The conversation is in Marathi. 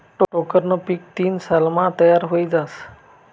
टोक्करनं पीक तीन सालमा तयार व्हयी जास